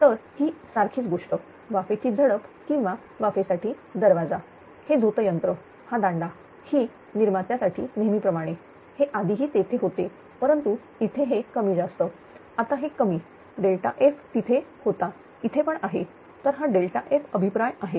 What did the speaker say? तर ही सारखीच गोष्ट वाफेची झडप किंवा वाफे साठी दरवाजा हे झोतयंत्र हा दांडा हा निर्मात्या साठी नेहमीप्रमाणे हे आधीही तेथे होते परंतु इथे हे कमी जास्त आता हे कमी F तिथे होते इथे पण आहे तर हा F अभिप्राय आहे